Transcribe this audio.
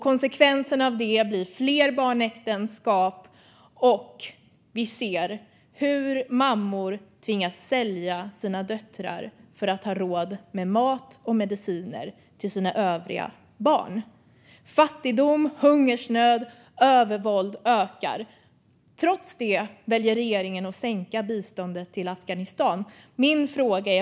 Konsekvenserna blir fler barnäktenskap. Vi ser också att mammor tvingas sälja sina döttrar för att ha råd med mat och mediciner till sina övriga barn. Fattigdom, hungersnöd och övervåld ökar. Trots det väljer regeringen att sänka biståndet till Afghanistan.